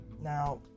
Now